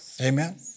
Amen